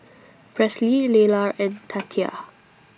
Presley Lelar and Tatia